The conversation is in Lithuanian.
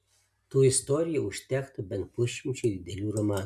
tų istorijų užtektų bent pusšimčiui didelių romanų